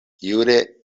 jure